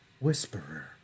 Whisperer